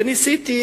וניסיתי,